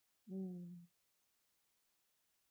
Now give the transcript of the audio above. mm